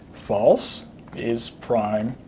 false is prime